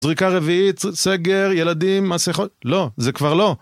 זריקה רביעית, סגר, ילדים, מה שיכול, לא, זה כבר לא.